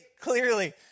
clearly